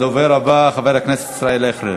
הדובר הבא, חבר הכנסת ישראל אייכלר.